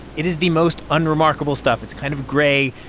it is the most unremarkable stuff. it's kind of gray,